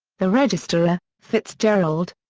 the register. ah fitzgerald,